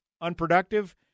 unproductive